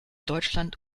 deutschland